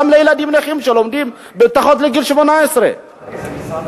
גם לילדים נכים שלומדים מתחת לגיל 18. משרד